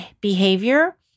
behavior